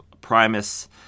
Primus